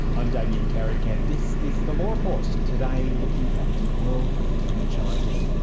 i'm damien carrick and this is the law report, today looking at the world of franchising.